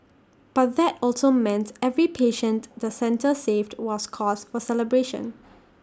but that also meant every patient the centre saved was cause for celebration